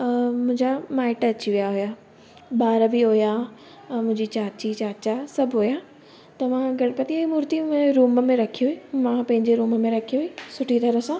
अ मुंहिंजा माइटु अची विया हुया ॿार बि हुया अ मुंहिंजी चाची चाचा सभु हुया त मां गणपतिअ जी मूर्ती मुंहिंजे रूम में रखी हुई मां पंहिंजे रूम में रखी हुई सुठी तरह सां